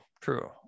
true